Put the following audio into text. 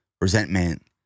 resentment